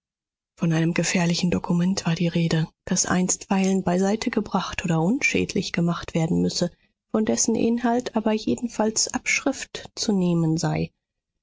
von einem gefährlichen dokument war die rede das einstweilen beiseitegebracht oder unschädlich gemacht werden müsse von dessen inhalt aber jedenfalls abschrift zu nehmen sei